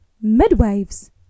midwives